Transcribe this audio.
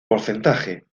porcentaje